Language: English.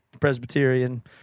Presbyterian